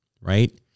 right